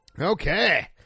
Okay